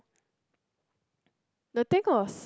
the thing was